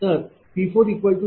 तर P0